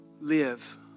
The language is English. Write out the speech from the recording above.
live